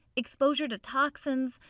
exposure to toxins,